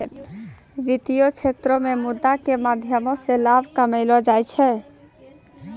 वित्तीय क्षेत्रो मे मुद्रा के माध्यमो से लाभ कमैलो जाय छै